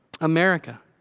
America